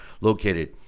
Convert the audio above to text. located